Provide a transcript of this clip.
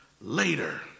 later